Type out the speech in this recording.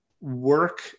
work